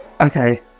Okay